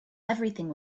everything